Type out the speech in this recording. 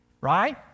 right